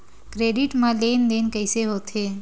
Credit मा लेन देन कइसे होथे?